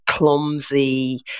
clumsy